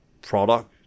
product